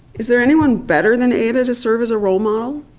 is there anyone better than ada to serve as a role model?